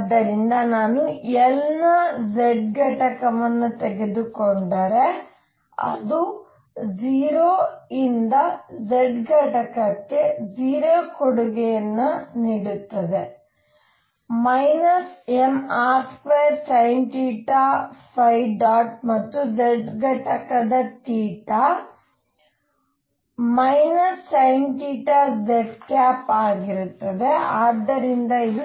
ಆದ್ದರಿಂದ ನಾನು L ನ z ಘಟಕವನ್ನು ತೆಗೆದುಕೊಂಡರೆ ಅದು 0 ರಿಂದ z ಘಟಕಕ್ಕೆ 0 ಕೊಡುಗೆಯನ್ನು ನೀಡುತ್ತದೆ mr2sinθ ಮತ್ತು z ಘಟಕದ ಆಗಿರುತ್ತದೆ ಆದ್ದರಿಂದ ಇದು